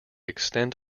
extent